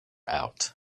out